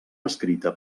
escrita